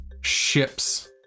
ships